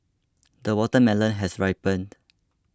the watermelon has ripened